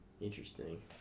interesting